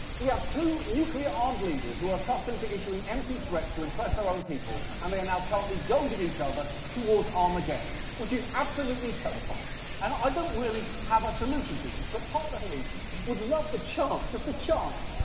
we have two nuclear-armed leaders, who are accustomed to issuing empty threats to impress their own people and they are now currently goading each other towards armageddon. which is absolutely terrifying. and i don't really have a solution to this. but, part of me would love the chance, just the chance,